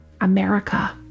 America